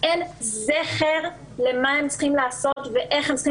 אין זכר למה שהם צריכים לעשות ואיך הם צריכים